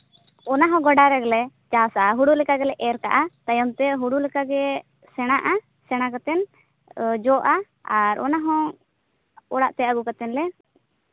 ᱚᱱᱟᱦᱚᱸ ᱜᱚᱰᱟ ᱨᱮᱜᱮᱞᱮ ᱪᱟᱥᱟ ᱦᱩᱲᱩ ᱞᱮᱠᱟ ᱜᱮᱞᱮ ᱮᱨ ᱠᱟᱜᱼᱟ ᱛᱟᱭᱚᱢ ᱛᱮ ᱦᱩᱲᱩ ᱞᱮᱠᱟᱜᱮ ᱥᱮᱬᱟᱜᱼᱟ ᱥᱮᱬᱟ ᱠᱟᱛᱮᱫ ᱡᱚᱜᱼᱟ ᱟᱨ ᱚᱱᱟᱦᱚᱸ ᱚᱲᱟᱜ ᱛᱮ ᱟᱹᱜᱩ ᱠᱟᱛᱮᱫ ᱞᱮ